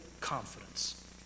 confidence